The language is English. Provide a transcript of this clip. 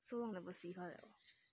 so long never see her liao